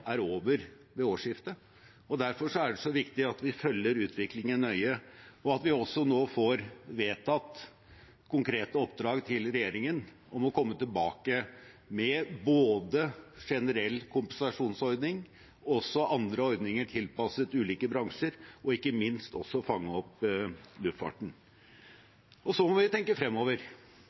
er over ved årsskiftet. Derfor er det så viktig at vi følger utviklingen nøye, og at vi nå også får vedtatt konkrete oppdrag til regjeringen om å komme tilbake med både en generell kompensasjonsordning og også andre ordninger tilpasset ulike bransjer – og ikke minst også fange opp luftfarten. Så må vi tenke fremover.